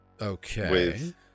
Okay